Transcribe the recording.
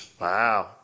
wow